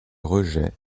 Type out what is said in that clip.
rejets